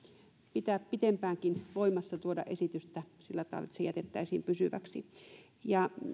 pitää pitempäänkin voimassa tuoda esitystä sillä tavalla että se jätettäisiin pysyväksi oikeastaan